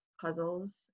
puzzles